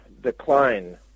decline